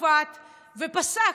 שפט ופסק.